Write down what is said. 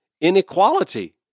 inequality